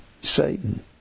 Satan